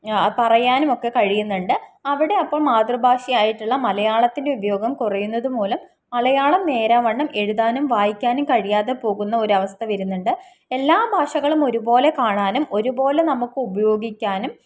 പറയാനുമൊക്കെ കഴിയുന്നുണ്ട് അവിടെ അപ്പോൾ മാതൃഭാഷയായിട്ടുള്ള മലയാളത്തിൻ്റെ ഉപയോഗം കുറയുന്നത് മൂലം മലയാളം നേരാം വണ്ണം എഴുതാനും വായിക്കാനും കഴിയാതെ പോകുന്ന ഒരവസ്ഥ വരുന്നുണ്ട് എല്ലാ ഭാഷകളും ഒരുപോലെ കാണാനും ഒരുപോലെ നമുക്ക് ഉപയോഗിക്കാനും